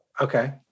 Okay